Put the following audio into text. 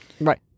Right